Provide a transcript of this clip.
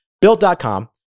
Built.com